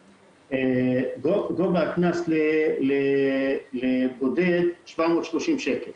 גובה הקנס לבודד הוא 730 שקלים.